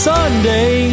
Sunday